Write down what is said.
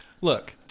Look